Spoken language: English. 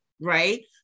right